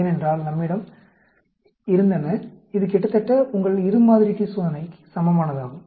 ஏனென்றால் நம்மிடம் இருந்தன இது கிட்டத்தட்ட உங்கள் இரு மாதிரி t சோதனைக்கு சமமானதாகும்